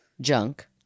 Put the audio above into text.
Junk